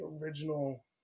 original